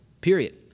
period